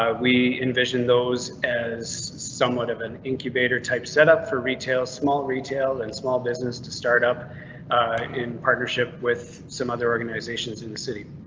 ah we envision those as somewhat of an incubator type setup for retail, small retail and small business. to start up in partnership with some other organizations in the city.